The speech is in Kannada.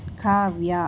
ಕಾವ್ಯ